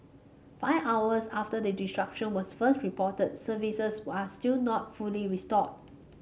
five hours after the disruption was first reported services are still not fully restored